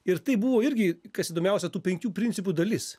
ir tai buvo irgi kas įdomiausia tų penkių principų dalis